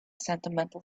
sentimental